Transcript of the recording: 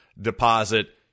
deposit